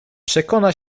przekona